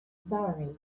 sorry